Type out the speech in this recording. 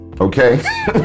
okay